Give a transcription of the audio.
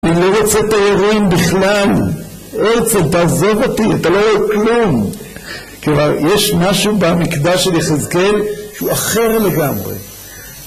אם לא רוצה את האירועים בכלל, עצל, תעזב אותי, אתה לא רואה כלום. כבר יש משהו במקדש של יחזקאל שהוא אחר לגמרי.